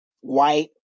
white